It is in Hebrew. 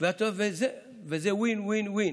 וזה win-win-win,